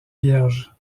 vierge